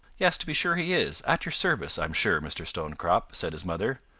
yes, to be sure he is at your service, i'm sure, mr. stonecrop, said his mother.